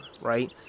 right